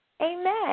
Amen